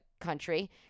country